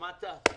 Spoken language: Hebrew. שמעת?